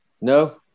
No